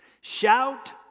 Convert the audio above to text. Shout